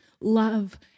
love